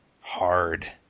hard